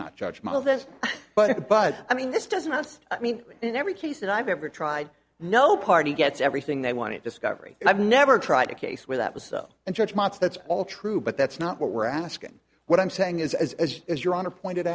this but but i mean this doesn't last i mean in every case that i've ever tried no party gets everything they wanted discovery and i've never tried a case where that was so and judgments that's all true but that's not what we're asking what i'm saying is as is your honor pointed